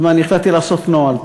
אני החלטתי לעשות נוהל,